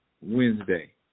Wednesday